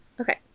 Okay